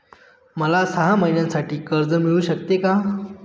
मला सहा महिन्यांसाठी कर्ज मिळू शकते का?